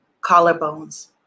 Collarbones